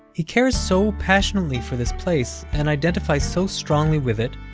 he cares so passionately for this place and identifies so strongly with it,